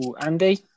Andy